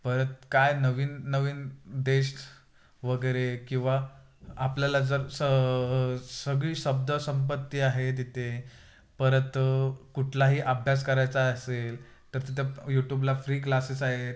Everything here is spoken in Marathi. परत काय नवीन नवीन देश वगैरे किंवा आपल्याला जर स सगळी शब्द संपत्ती आहे तिथे परत कुठलाही अभ्यास करायचा असेल तर तिथे यूट्यूबला फ्री क्लासेस आहेत